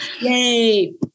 Yay